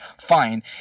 Fine